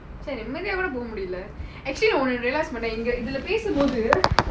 like I have to like பாத்து பாத்து பேசுறான்:paathu paathu peasuran because I have